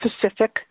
Pacific